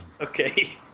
okay